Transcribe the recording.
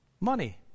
Money